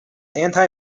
anti